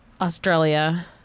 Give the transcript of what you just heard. australia